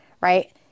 right